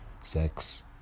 sex